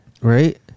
Right